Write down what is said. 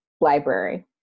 Library